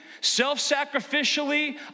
self-sacrificially